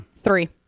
Three